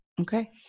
Okay